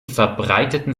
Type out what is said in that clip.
verbreiteten